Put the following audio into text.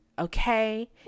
Okay